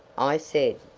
i said.